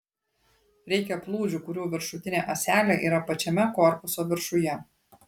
reikia plūdžių kurių viršutinė ąselė yra pačiame korpuso viršuje